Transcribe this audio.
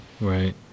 right